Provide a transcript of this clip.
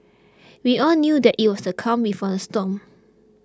we all knew that it was the calm before the storm